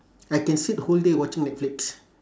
I can sit whole day watching netflix